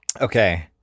Okay